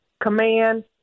command